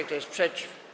Kto jest przeciw?